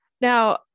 Now